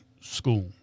school